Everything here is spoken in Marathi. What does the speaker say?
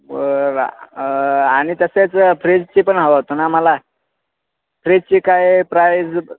बरं आणि तसेच फ्रिजची पण हवं होतं ना आम्हाला फ्रिजची काय प्राईज